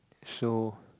so